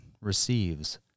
receives